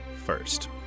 first